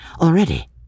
already